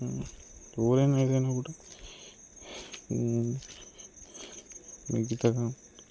దూరం ఏదైనా కూడా మిగతా